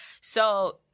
So-